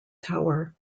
tower